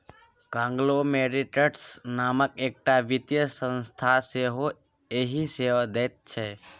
conglomerates नामकेँ एकटा वित्तीय संस्था सेहो इएह सेवा दैत छै